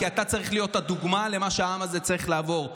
כי אתה צריך להיות הדוגמה למה שהעם הזה צריך לעבור.